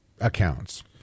accounts